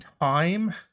time